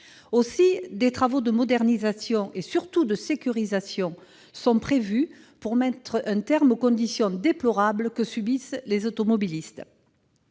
Aussi, des travaux de modernisation et de sécurisation sont prévus pour mettre un terme aux conditions de circulation déplorables que subissent les automobilistes.